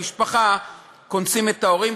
במשפחה קונסים את ההורים,